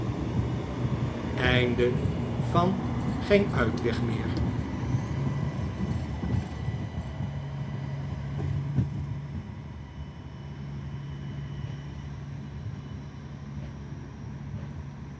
einde van geen uitweg meer